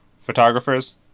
photographers